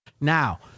Now